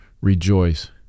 rejoice